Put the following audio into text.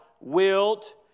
wilt